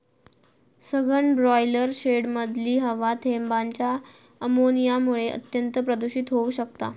सघन ब्रॉयलर शेडमधली हवा थेंबांच्या अमोनियामुळा अत्यंत प्रदुषित होउ शकता